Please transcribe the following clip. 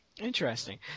Interesting